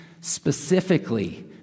specifically